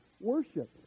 worship